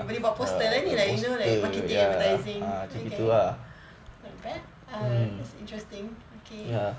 boleh buat poster lah ni you know like marketing advertising okay not bad uh that's interesting okay